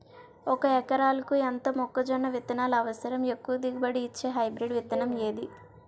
ఒక ఎకరాలకు ఎంత మొక్కజొన్న విత్తనాలు అవసరం? ఎక్కువ దిగుబడి ఇచ్చే హైబ్రిడ్ విత్తనం ఏది?